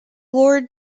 lord